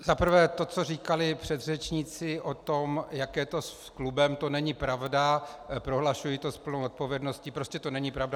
Za prvé to, co říkali předřečníci o tom, jak je to s klubem, to není pravda, prohlašuji to s plnou odpovědností, prostě to není pravda.